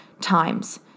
times